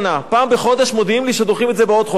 פעם בחודש מודיעים לי שדוחים את זה בעוד חודש.